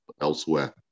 elsewhere